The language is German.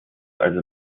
also